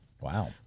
wow